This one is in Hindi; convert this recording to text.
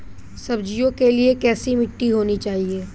सब्जियों के लिए कैसी मिट्टी होनी चाहिए?